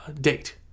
date